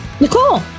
Nicole